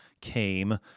came